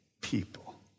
people